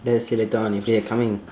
let's see later on if they are coming